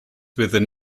within